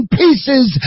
pieces